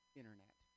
internet